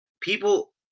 People